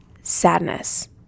sadness